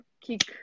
kick